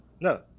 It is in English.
No